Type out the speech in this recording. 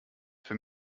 für